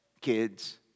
kids